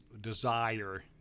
desire